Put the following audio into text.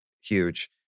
huge